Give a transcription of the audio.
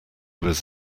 was